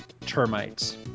Termites